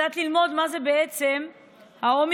קצת ללמוד מה זה בעצם האומיקרון.